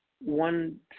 one